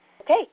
Okay